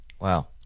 Wow